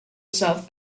south